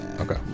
Okay